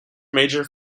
major